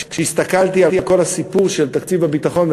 כשהסתכלתי על כל הסיפור של תקציב הביטחון,